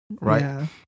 Right